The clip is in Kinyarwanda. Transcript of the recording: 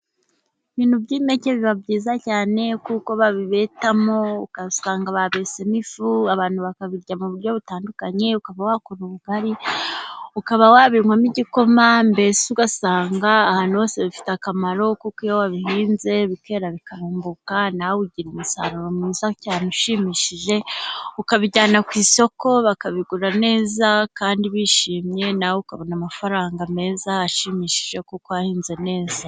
Ibintu by'impeke biba byiza cyane kuko babitamo ugasanga babesemo n'ifu, abantu bakabirya mu buryo butandukanye; ukaba wakora ubugari, ukaba wabinywamo igikoma, mbese ugasanga ahantu hose bifite akamaro, kuko iyo wabihinze bikera bikambuka, nawe ugira umusaruro mwiza cyane ushimishije, ukabijyana ku isoko bakabigura neza kandi bishimye, nawe ukabona amafaranga meza ashimishije kuko wabihinze neza.